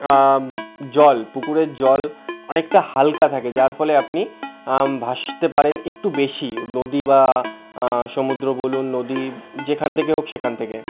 জল পুকুরের জল অনেকটা হালকা থাকে যার ফলে আপনি ভাসতে পারেন একটু বেশি নদী বা সমুদ্র বলুন নদী যেখান থেকে হোক সেখান থেকে